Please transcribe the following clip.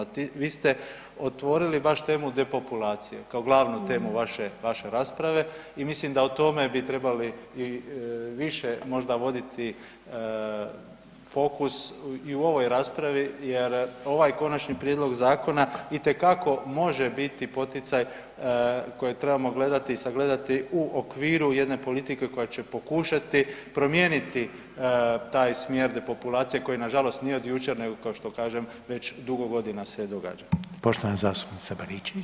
A vi ste otvorili baš temu depopulacije kao glavnu temu vaše, vaše rasprave i mislim da o tome bi trebali i više možda voditi fokus i u ovoj raspravi jer ovaj konačni prijedlog zakona itekako može biti poticaj koji trebamo gledati i sagledati u okviru jedne politike koja će pokušati promijeniti taj smjer depopulacije koji nažalost nije od jučer nego kao što kažem već dugo godina se događa.